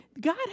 God